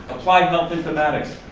applied health informatics.